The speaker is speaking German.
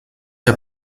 der